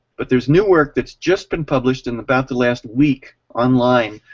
but there is new work that's just been published in about the last week, online